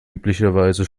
üblicherweise